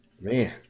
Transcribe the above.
Man